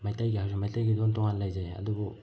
ꯃꯩꯇꯩꯒꯤ ꯍꯥꯏꯔꯁꯨ ꯃꯩꯇꯩꯒꯤ ꯂꯣꯟ ꯇꯣꯉꯥꯟꯅ ꯂꯩꯖꯩ ꯑꯗꯨꯕꯨ